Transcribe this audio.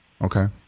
Okay